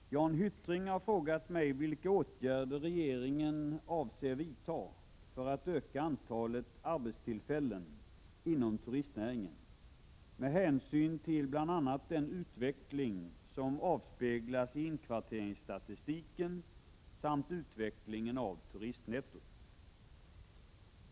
Herr talman! Jan Hyttring har frågat mig vilka åtgärder regeringen avser vidta för att öka antalet arbetstillfällen inom turistnäringen med hänsyn till bl.a. den utveckling som avspeglas i inkvarteringsstatistiken samt utvecklingen av turistnettot.